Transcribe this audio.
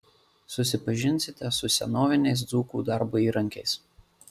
susipažinsite su senoviniais dzūkų darbo įrankiais